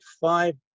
five